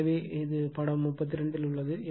எனவே 32 இல் உள்ளது